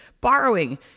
borrowing